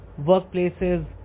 workplaces